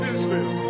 Israel